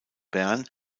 bern